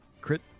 crit